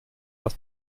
das